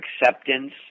acceptance